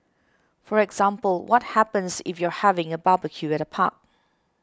for example what happens if you're having a barbecue at a park